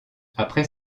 après